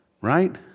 right